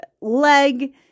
leg